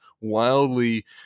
wildly